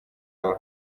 aho